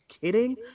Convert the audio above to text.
kidding